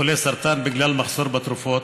חולי סרטן בגלל מחסור בתרופות,